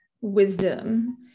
wisdom